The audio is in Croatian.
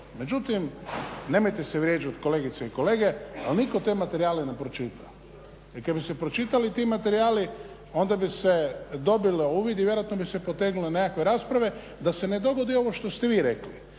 Međutim, nemojte se vrijeđati kolegice i kolege ali nitko te materijale ne pročita. Jer kad bi se pročitali ti materijali onda bi se dobilo uvid i vjerojatno bi se potegnule nekakve rasprave da se ne dogodi ovo što ste vi rekli.